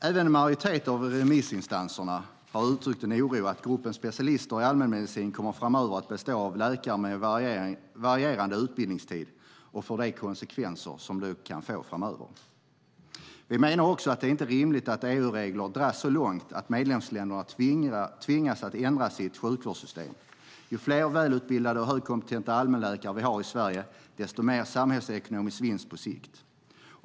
Även en majoritet av remissinstanserna har uttryckt en oro för att gruppen specialister i allmänmedicin framöver kommer att bestå av läkare med varierande utbildningstid och för de konsekvenser som det kan få. Vi menar också att det inte är rimligt att EU-regler dras så långt att medlemsländerna tvingas att ändra sitt sjukvårdssystem. Ju fler välutbildade och högkompetenta allmänläkare vi har i Sverige, desto mer samhällsekonomisk vinst på sikt.